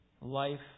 life